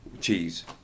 Cheese